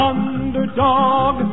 Underdog